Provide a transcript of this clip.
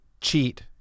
cheat